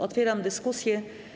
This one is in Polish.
Otwieram dyskusję.